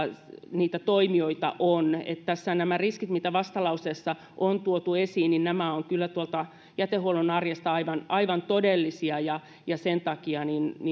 niitä toimijoita on tässä nämä riskit mitä vastalauseessa on tuotu esiin ovat kyllä tuolla jätehuollon arjessa aivan aivan todellisia ja ja sen takia